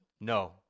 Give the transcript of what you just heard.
No